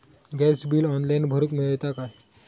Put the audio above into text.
Gas bill online भरुक मिळता काय?